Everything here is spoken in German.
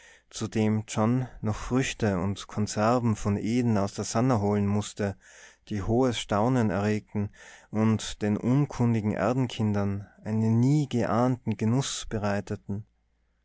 zu dem john noch früchte und konserven von eden aus der sannah holen mußte die hohes staunen erregten und den unkundigen erdenkindern einen nie geahnten genuß bereiteten